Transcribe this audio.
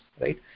right